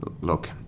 look